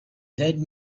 dead